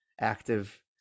active